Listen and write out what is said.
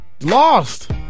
lost